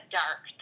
dark